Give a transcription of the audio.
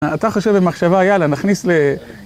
אתה חושב במחשבה, יאללה, נכניס ל...